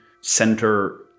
center